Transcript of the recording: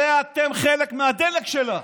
הרי אתם חלק מהדלק שלה.